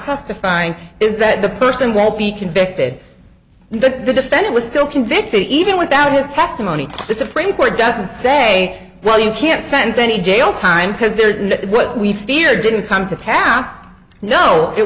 testifying is that the person will be convicted and that the defendant was still convicted even without his testimony the supreme court doesn't say well you can't sense any jail time because there what we fear didn't come to pass no it